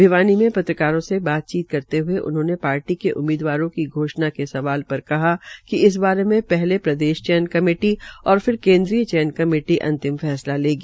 भिवानी में पत्रकारों से बातचीत मे करते हये उन्होंने पार्टी के उम्मीदवारों की घोषणा के सवाल पर कहा कि इस बारे पहले प्रदेश चयन कमेटी और फिर केन्द्रीय चयन कमेटी अंतिम फैसला लेगी